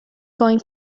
going